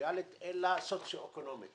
טריטוריאלית אלא סוציו אקונומית